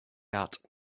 out